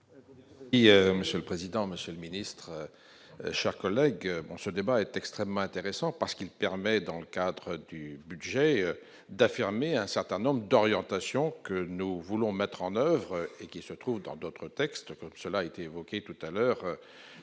Oui, monsieur le président, Monsieur le Ministre, chers collègues, bon, ce débat est extrêmement intéressant parce qu'il permet, dans le cadre du budget d'affirmer un certain nombre d'orientations que nous voulons mettre en oeuvre et qui se trouve dans d'autres textes comme cela été évoqué tout à l'heure